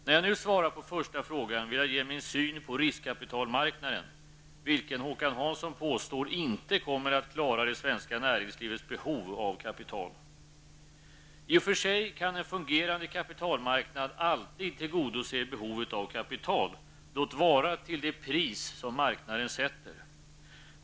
När jag nu svarar på första frågan vill jag ge min syn på riskkapitalmarknaden, vilken Håkan Hansson påstår inte kommer att klara det svenska näringslivets behov av kapital. I och för sig kan en fungerande kapitalmarknad alltid tillgodose behovet av kapital, låt vara till det pris som marknaden sätter.